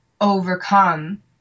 overcome